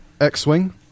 X-Wing